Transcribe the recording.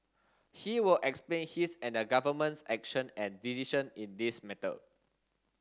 he will explain his and the government's action and decision in this matter